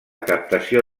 captació